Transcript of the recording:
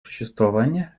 существования